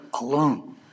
alone